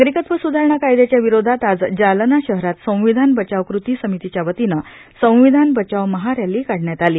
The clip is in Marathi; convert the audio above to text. नागरिकत्व सुधारणा कायद्याच्या विरोधात आज जालना शहरात सव्रिधान बचाव कृती समितीच्यावतीने सव्विधान बचाव महारॅली काढण्यात आली